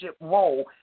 role